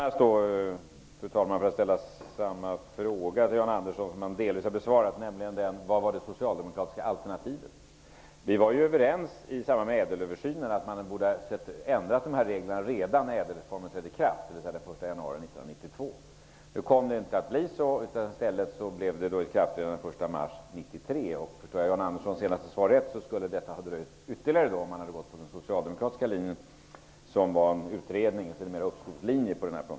Fru talman! Jag hade tänkt att ställa en fråga till Jan Andersson som han delvis redan har besvarat. Vad var det socialdemokratiska alternativet? Vi var överens i samband med ÄDEL-översynen att reglerna borde ha ändrats redan när ÄDEL reformen trädde i kraft, dvs. den 1 januari 1992. Nu blev det inte så. I stället blev det ett ikraftträdande den 1 mars 1993. Om jag förstod Jan Anderssons senaste svar rätt hade det dröjt ytterligare om man hade gått på den socialdemokratiska linjen, dvs. en utredning eller någon form av uppskov.